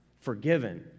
forgiven